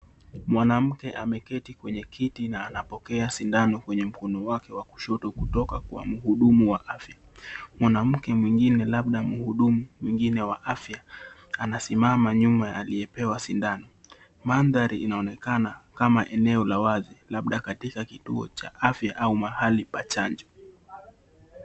Mwanamkeameketi kwenye kiti na anapokea sindano kwenye mkono wake wa kushoto kutoka kwa mhudumu wa afya, mwanamke mwingine labda mhudumu mwingine wa afya anasimama nyuma ya aliyepewa sindano mandhari inaonekana kama eneo la wazi labda katika kituo cha afya au mahali pa chanjo